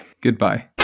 Goodbye